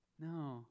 No